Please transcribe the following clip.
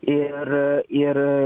ir ir